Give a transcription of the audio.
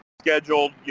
scheduled